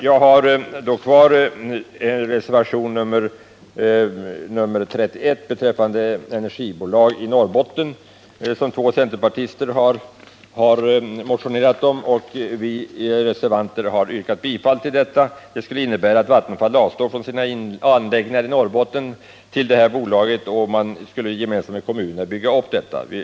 Jag har då kvar att behandla reservationen 31 beträffande ett energibolag i Norrbotten, som två centerpartister har motionerat om. Vi reservanter har yrkat bifall till motionärernas förslag. Det skulle innebära att Vattenfall avstår från sina anläggningar i Norrbotten till det här bolaget. Man skulle tillsammans med kommunerna bygga upp detta.